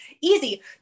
easy